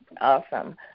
Awesome